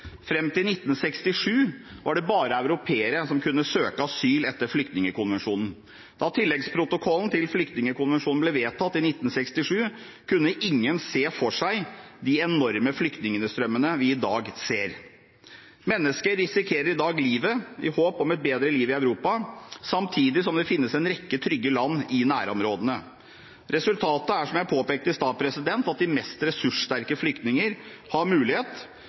Fram til 1967 var det bare europeere som kunne søke asyl etter Flyktningkonvensjonen. Da tilleggsprotokollen til Flyktningkonvensjonen ble vedtatt i 1967, kunne ingen se for seg de enorme flyktningstrømmene vi i dag ser. Mennesker risikerer i dag livet i håp om et bedre liv i Europa, samtidig som det finnes en rekke trygge land i nærområdene. Resultatet er, som jeg påpekte i stad, at de mest ressurssterke flyktningene har mulighet